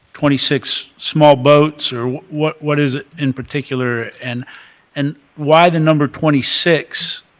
twenty six small boats, or what what is it in particular? and and why the number twenty six?